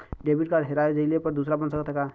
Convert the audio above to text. Debit card हेरा जइले पर दूसर बन सकत ह का?